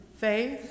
faith